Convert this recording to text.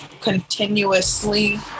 continuously